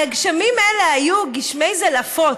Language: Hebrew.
הגשמים האלה היו גשמי זלעפות,